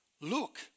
look